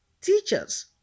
teachers